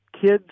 kids